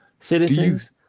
Citizens